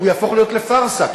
הוא יהפוך את זה לפארסה,